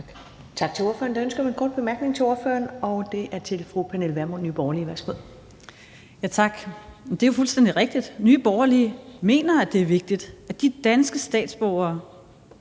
til ordføreren, og det er fra Pernille Vermund, Nye Borgerlige. Værsgo. Kl. 13:03 Pernille Vermund (NB): Tak. Det er jo fuldstændig rigtigt: Nye Borgerlige mener, at det er vigtigt, at de danske statsborgere,